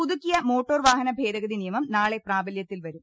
പുതുക്കിയ മോട്ടോർ വാഹന ഭേദഗതി നിയമം നാളെ പ്രാബല്യത്തിൽ വരും